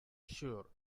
sure